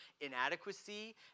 inadequacy